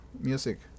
music